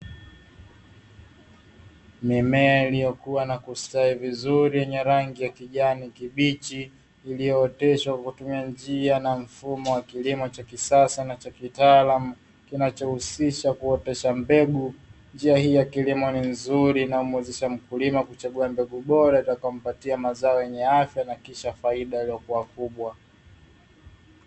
Mimea iliyokua na kustawi vizuri yenye rangi ya kijani kibichi, iliyooteshwa kwa kutumia njia na mfumo wa kilimo cha kisasa na cha kitaalamu, kinachohusisha kuotesha mbegu, njia hii ya kilimo ni nzuri na humuwezesha mkulima kuchagua mbegu bora za kumpatia mazao yenye afya na kisha faida iliyokuwa kubwa.